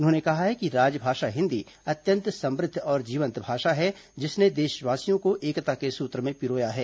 उन्होंने कहा है कि राजभाषा हिन्दी अत्यंत समृद्ध और जीवंत भाषा है जिसने देशवासियों को एकता के सूत्र में पिरोया है